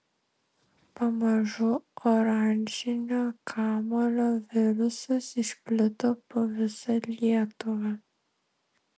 pamažu oranžinio kamuolio virusas išplito po visą lietuvą